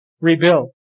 Rebuild